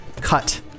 cut